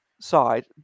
side